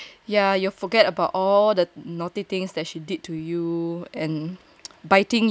ya you forget about all the naughty things that she did to you and biting your